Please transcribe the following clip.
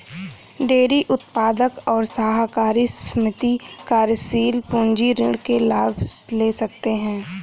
dairy उत्पादक और सहकारी समिति कार्यशील पूंजी ऋण के लाभ ले सकते है